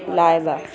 Laiba